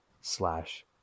slash